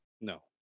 No